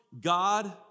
God